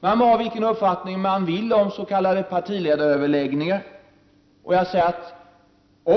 Man må ha vilken uppfattning man vill om s.k. partiledaröverläggningar.